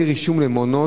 דמי רישום למעונות,